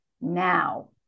now